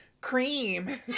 cream